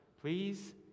please